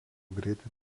greitai